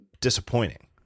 disappointing